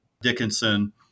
Dickinson